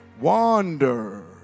wander